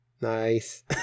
Nice